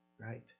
right